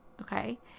okay